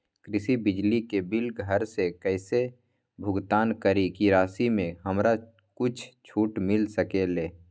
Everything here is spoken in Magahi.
कृषि बिजली के बिल घर से कईसे भुगतान करी की राशि मे हमरा कुछ छूट मिल सकेले?